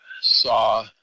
saw